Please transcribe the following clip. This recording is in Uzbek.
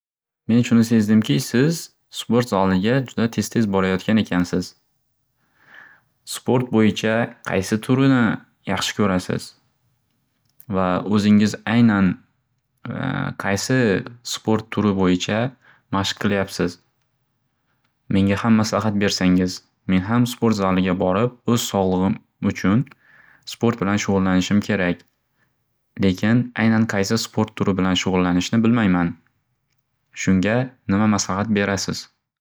Men shuni sezdimki siz sport zaliga juda tez-tez borayotgan ekansiz. Sport boyicha qaysi turini yaxshi ko'rasiz? Va o'zingiz aynan qaysi sport turi bo'yicha mashq qilyabsiz? Menga ham maslahat bersangiz. Men ham sport zaliga borb, o'z sog'ligim uchun sport bilan shug'ullanishim kerak. Lekin aynan qaysi sport turi bilan shug'ullanishni bilmayman. Shunga nima maslahat berasiz?